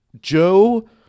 Joe